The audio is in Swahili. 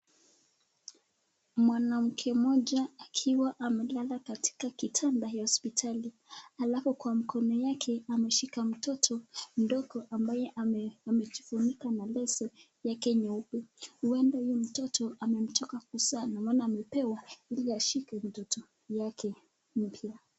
Mwanamke mmoja akiwa amelala katika kitanda ya hospitali alafu kwa mkono yake ameshika mtoto mdogo ambaye amejifunika na leso yake, huenda huyu mtoto ametoka kumzaa amepewa ili ashike mtoto yake mpya.